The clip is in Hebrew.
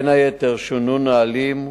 בין היתר שונו נהלים,